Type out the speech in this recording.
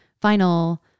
final